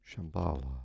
Shambhala